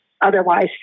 otherwise